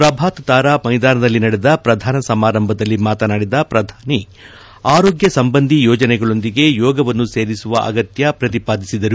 ಪ್ರಭಾತ್ ತಾರಾ ಮೈದಾನದಲ್ಲಿ ನಡೆದ ಪ್ರಧಾನ ಸಮಾರಂಭದಲ್ಲಿ ಮಾತನಾಡಿದ ಪ್ರಧಾನಿ ಆರೋಗ್ಯ ಸಂಬಂಧಿ ಯೋಜನೆಗಳೊಂದಿಗೆ ಯೋಗವನ್ನು ಸೇರಿಸುವ ಅಗತ್ಯ ಪ್ರತಿಪಾದಿಸಿದರು